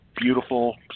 beautiful